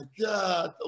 God